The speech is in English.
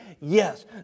Yes